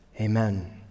Amen